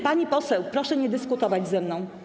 Pani poseł, proszę nie dyskutować ze mną.